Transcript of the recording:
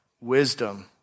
Wisdom